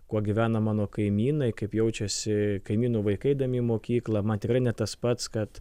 kuo gyvena mano kaimynai kaip jaučiasi kaimynų vaikai eidami į mokyklą man tikrai ne tas pats kad